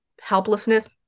helplessness